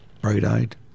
bright-eyed